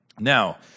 Now